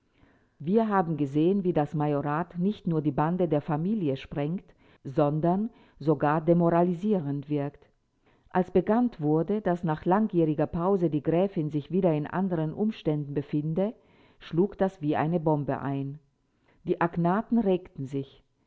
wir haben gesehen wie das majorat nicht nur die bande der familie sprengt sondern sogar demoralisierend wirkt als bekannt wurde daß nach langjähriger pause die gräfin sich wieder in anderen umständen befinde schlug das wie eine bombe ein die agnaten regten sich